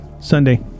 Sunday